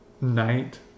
night